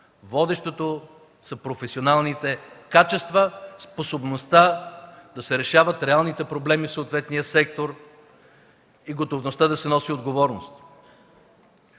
водещи са професионалните качества, способността да се решават реалните проблеми в съответния сектор и готовността да се носи отговорност.